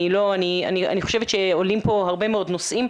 אני חושבת שעולים פה הרבה מאוד נושאים.